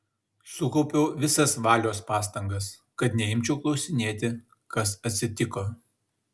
sukaupiau visas valios pastangas kad neimčiau klausinėti kas atsitiko